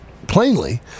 plainly